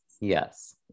yes